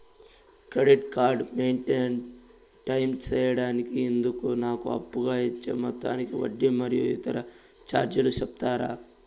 Credit card maintain time సేయడానికి ఇందుకు నాకు అప్పుగా ఇచ్చే మొత్తానికి వడ్డీ మరియు ఇతర చార్జీలు సెప్తారా?